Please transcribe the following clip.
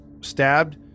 stabbed